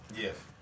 Yes